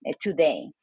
today